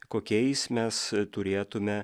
kokiais mes turėtume